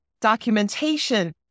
documentation